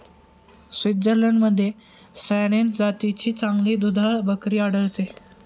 स्वित्झर्लंडमध्ये सॅनेन जातीची चांगली दुधाळ बकरी आढळते